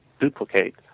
duplicate